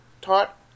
taught